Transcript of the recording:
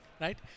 right